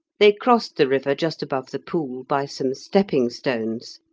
they crossed the river just above the pool by some stepping-stones,